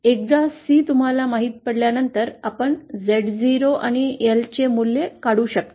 एकदा C तुम्हाला माहित पडल्यानंतर आपण Z0 आणि L चे मूल्य काढू शकता